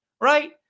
right